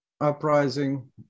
Uprising